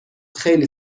خیلی